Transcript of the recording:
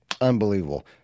unbelievable